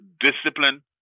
Discipline